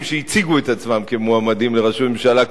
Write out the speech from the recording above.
שהציגו את עצמם כמועמדים לראשות הממשלה,